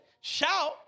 Shout